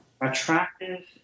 attractive